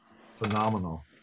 phenomenal